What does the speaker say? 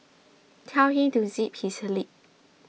tell him to zip his lip